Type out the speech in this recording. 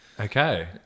Okay